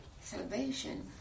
salvation